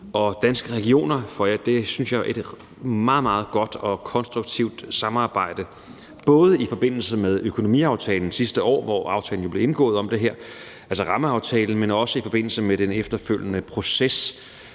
og Danske Regioner for et, synes jeg, meget, meget godt og konstruktivt samarbejde, både i forbindelse med økonomiaftalen sidste år, hvor aftalen jo blev indgået om det her, altså rammeaftalen, men også i forbindelse med den efterfølgende proces,